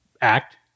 act